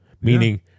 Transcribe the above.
Meaning